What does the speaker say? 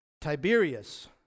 Tiberius